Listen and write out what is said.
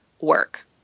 work